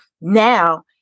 now